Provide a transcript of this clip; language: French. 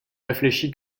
réfléchi